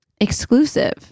exclusive